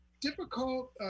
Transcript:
difficult